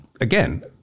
again